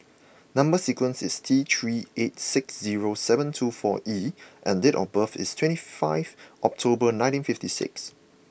number sequence is T three eight six zero seven two four E and date of birth is twenty five October nineteen fifty six